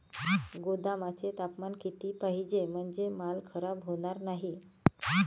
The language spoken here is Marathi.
गोदामाचे तापमान किती पाहिजे? म्हणजे माल खराब होणार नाही?